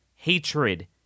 Hatred